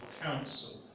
council